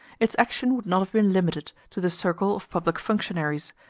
its action would not have been limited to the circle of public functionaries,